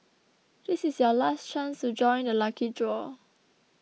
this is your last chance to join the lucky draw